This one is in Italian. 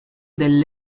del